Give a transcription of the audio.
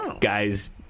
guys